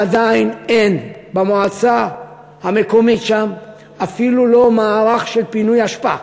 עדיין אין במועצה המקומית שם אפילו לא מערך של פינוי אשפה,